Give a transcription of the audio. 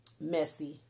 messy